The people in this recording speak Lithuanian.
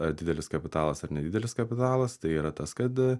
ar didelis kapitalas ar nedidelis kapitalas tai yra tas kad